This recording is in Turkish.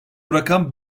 rakam